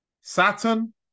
saturn